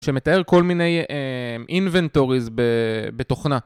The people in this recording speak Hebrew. שמתאר כל מיני inventories בתוכנה.